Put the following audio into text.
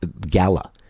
gala